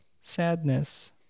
Sadness